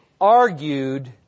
argued